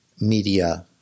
media